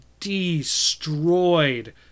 destroyed